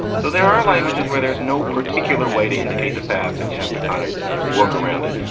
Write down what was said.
so there are languages where there's no particular way to indicate the past and you have to kind of work around it.